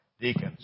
deacons